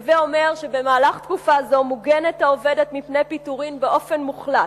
הווי אומר שבמהלך תקופה זו מוגנת העובדת מפני פיטורים באופן מוחלט.